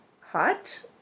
hot